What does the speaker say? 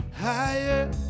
higher